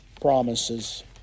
promises